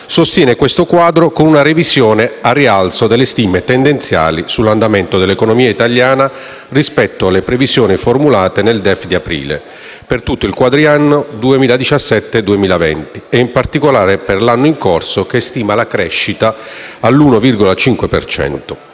sostiene questo quadro con una revisione al rialzo delle stime tendenziali sull'andamento dell'economia italiana rispetto alle previsioni formulate nel DEF di aprile, per tutto il quadriennio 2017- 2020, e in particolare per l'anno in corso che stima la crescita all'1,5